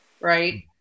right